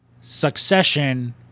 Succession